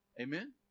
Amen